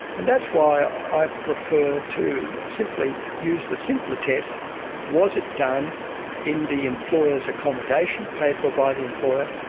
and that's why i prefer to simply use the simpler test was it done in the employer's accommodation, paid for by the employer?